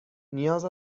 نیاز